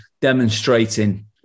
demonstrating